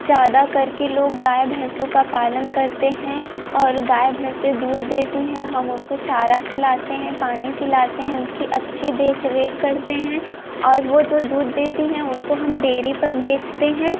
ज़्यादा करके लोग गाय भैसों का पालन करते हैं और गाय भैसें दूध देती हैं हम उनको चारा खिलाते हैं पानी पिलाते हैं उनकी अच्छी देख रेख करते हैं और वे जो दूध देती हैं उनको हम डेयरी पर बेचते हैं